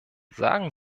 sagen